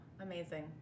Amazing